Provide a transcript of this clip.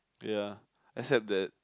ya except that